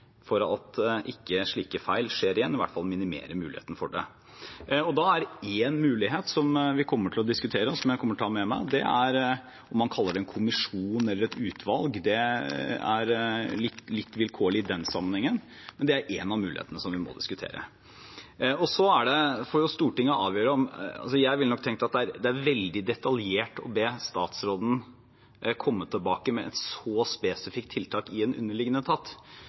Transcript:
for at slike feil ikke skjer igjen, i hvert fall minimere muligheten for det. Da er én mulighet som vi kommer til å diskutere, og som jeg kommer til å ha med meg, en kommisjon eller et utvalg – hva man kaller det, er litt vilkårlig i den sammenhengen, men det er en av mulighetene som vi må diskutere. Jeg ville nok tenkt at det er veldig detaljert å be statsråden komme tilbake med et så spesifikt tiltak i en underliggende etat,